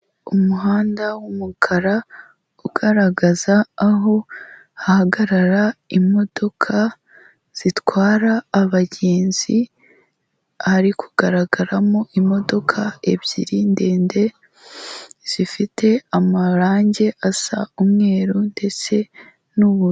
Umuhanda w'umukara ugaragaza aho hahagarara imodoka zitwara abagenzi, hari kugaragaramo imodoka ebyiri ndende zifite amarange asa umweru ndetse n'ubururu.